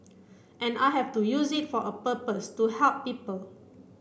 and I have to use it for a purpose to help people